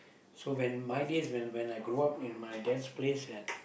so when my dears when when I grow up in my that place at